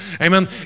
Amen